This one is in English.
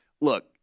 look